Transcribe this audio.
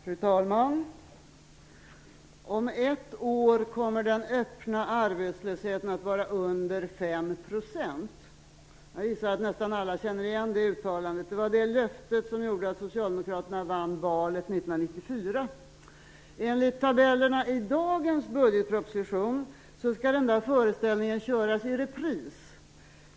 Fru talman! Om ett år kommer den öppna arbetslösheten att vara under 5 %. Jag gissar att nästan alla känner igen uttalandet. Det var det löfte som gjorde att Socialdemokraterna vann valet 1994. Enligt tabellerna i dagens budgetproposition skall denna föreställning köras i repris.